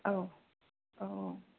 औ औ